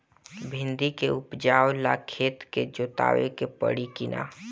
भिंदी के उपजाव ला खेत के जोतावे के परी कि ना?